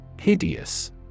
Hideous